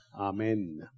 Amen